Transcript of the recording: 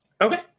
Okay